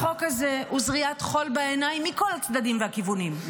החוק הזה הוא זריית חול בעיניים מכל הצדדים והכיוונים,